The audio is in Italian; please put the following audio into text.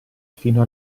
fino